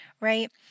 Right